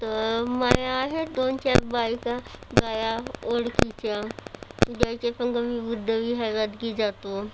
तर माझ्या आहेत दोन चार बायका बाया ओळखीच्या ज्याच्या संगं मी बुद्धविहारातगी जातो